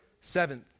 Seventh